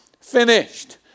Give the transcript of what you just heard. finished